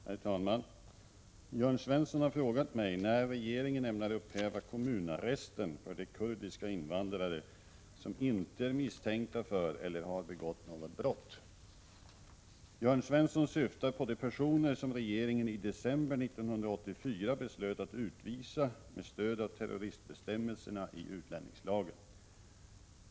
Herr talman! Jörn Svensson har frågat mig när regeringen ämnar upphäva kommunarresten för de kurdiska invandrare som inte är misstänkta för eller har begått något brott. Jörn Svensson syftar på de personer som regeringen i december 1984 beslöt att utvisa med stöd av terroristbestämmelserna i utlänningslagen.